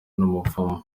n’umupfumu